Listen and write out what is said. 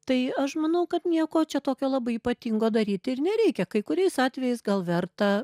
tai aš manau kad nieko čia tokio labai ypatingo daryti ir nereikia kai kuriais atvejais gal verta